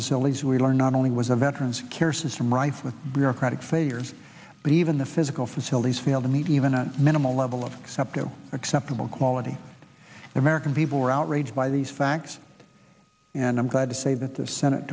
facilities we learned not only was the veterans care system rife with bureaucratic failures but even the physical facilities fail to meet even a minimal level of septa acceptable quality the american people were outraged by these facts and i'm glad to say that the senate